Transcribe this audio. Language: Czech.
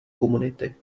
komunity